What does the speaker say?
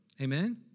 Amen